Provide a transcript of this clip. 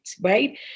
right